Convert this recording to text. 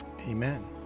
amen